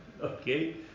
Okay